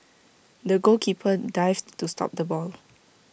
the goalkeeper dived to stop the ball